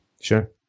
Sure